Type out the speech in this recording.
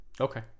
Okay